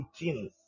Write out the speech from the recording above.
18